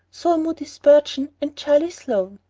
so are moody spurgeon and charlie sloane.